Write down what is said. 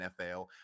NFL